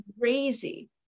crazy